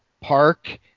park